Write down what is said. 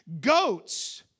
goats